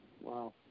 Wow